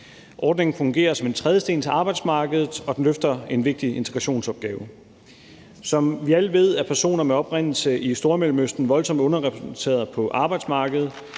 Ordningen fungerer som en trædesten til arbejdsmarkedet, og den løfter en vigtig integrationsopgave. Som vi alle ved, er personer med oprindelse i Stormellemøsten voldsomt underrepræsenteret på arbejdsmarkedet,